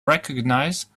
recognize